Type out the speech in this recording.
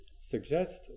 suggest